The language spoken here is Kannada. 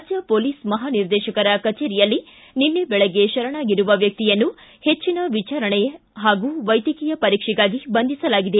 ರಾಜ್ಯ ಪೊಲೀಸ್ ಮಹಾನಿರ್ದೇಶಕರ ಕಚೇರಿಯಲ್ಲಿ ನಿನ್ನೆ ಬೆಳಗ್ಗೆ ಶರಣಾಗಿರುವ ವ್ಯಕ್ತಿಯನ್ನು ಹೆಚ್ಚಿನ ವಿಚಾರಣೆ ಹಾಗೂ ವೈದ್ಯಕೀಯ ಪರೀಕ್ಷೆಗಾಗಿ ಬಂಧಿಸಲಾಗಿದೆ